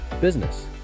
business